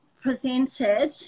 presented